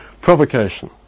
Provocation